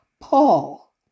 Paul